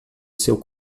seu